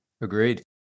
Agreed